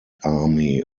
army